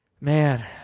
Man